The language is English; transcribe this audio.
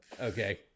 okay